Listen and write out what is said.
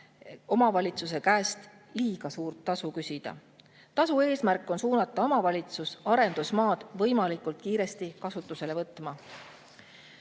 omavalitsuse käest liiga suurt tasu küsida. Tasu eesmärk on suunata omavalitsust arendusmaad võimalikult kiiresti kasutusele võtma.